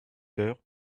heures